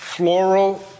Floral